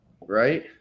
Right